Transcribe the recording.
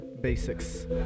basics